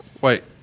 Wait